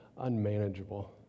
unmanageable